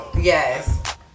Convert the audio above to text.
Yes